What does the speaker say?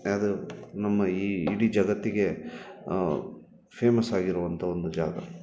ಅದು ನಮ್ಮ ಈ ಇಡೀ ಜಗತ್ತಿಗೆ ಫೇಮಸ್ ಆಗಿರುವಂಥ ಒಂದು ಜಾಗ